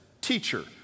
Teacher